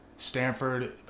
Stanford